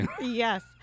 Yes